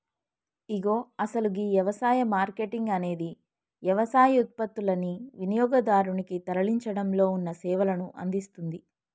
ఇగో అసలు గీ యవసాయ మార్కేటింగ్ అనేది యవసాయ ఉత్పత్తులనుని వినియోగదారునికి తరలించడంలో ఉన్న సేవలను అందిస్తుంది